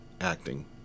acting